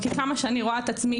כי כמה שאני רואה את עצמי,